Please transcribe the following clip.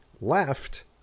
left